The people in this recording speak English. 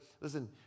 listen